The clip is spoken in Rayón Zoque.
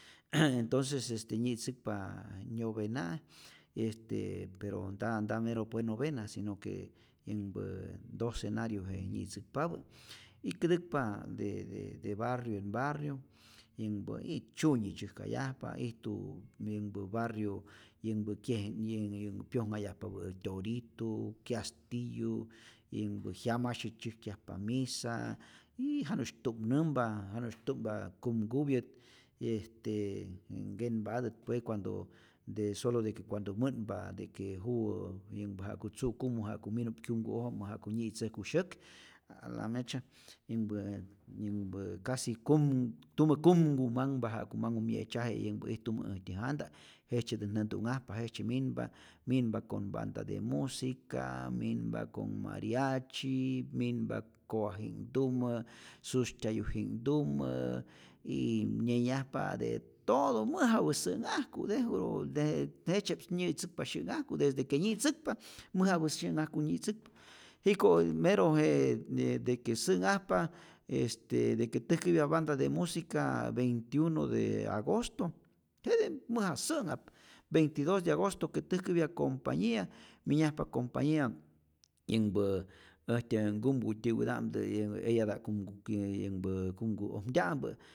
Entonces este nyi'tzäkpa nyovena', este pero nta nta mero pue novena si no que yänhpä docenariuje nyitzäkpapä y kätäkpa de de barrio en barrio yänhpä y tzyunyi tzyäjkayajpa, ijtu yänhpä barrio yänhpä kye yä yänhpä pyojnhayajpapä' tyoritu, kyastiyu, yänhpä jyamasye tzyäjkyajpa misa, jiii janu'sy tu'mnämpa, janu'sh tu'mpa kumkupyä't, este nkenpatät pue cuando de solo de que cuando mä'nhpa de que juwä yänhpä ja'ku tzu'kumu ja'ku minu'p kyumku'ojmä ja'ku nyi'tzäjku syäk, a la mecha' yänhpä yänhpä kasi kum tumä kumku manhpa ja'ku manhu mye'tzyaje, yänhpä ijtumä äjtyä janta jejtzyetät nä'tu'nhajpa, jejtzye minpa, minpa con banda de música, minpa con mariachi, minpa kowaji'knhtumä, sustyajuji'knhtumä, y nyenyajpa de todo, mujapä sä'nhajku tejuro de jejtzye'p nyi'tzäkpa syä'nhajku, desde que nyi'tzäkpa, mäjapä su'nhajku nyi'tzäkpa, jiko' mero je de que sä'nhajpa este de que täjkäpya banda de musica, veinti uno de agosto jete mäja sä'nhap, veinti dos de agosto que täjkäpya compañia minyajpa compañia yänhpä äjtyä nkumku tyäwuta'mtä yä eyata'p kumku yähnpä kumku'ojmtya'mpä